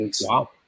Wow